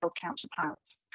counterparts